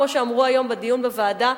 כמו שאמרו היום בדיון בוועדה,